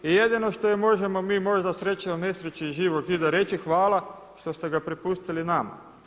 I jedino što mi možemo možda sreća u nesreći iz Živog zida reći, hvala što ste ga prepustili nama.